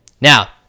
Now